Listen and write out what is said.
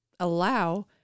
allow